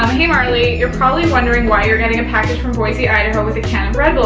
hey marley, you're probably wondering why you're getting a package from boise, idaho with a can of red bull